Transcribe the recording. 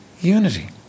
unity